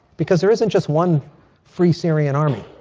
because there isn't just one free syrian army.